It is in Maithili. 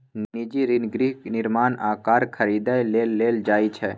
निजी ऋण गृह निर्माण आ कार खरीदै लेल लेल जाइ छै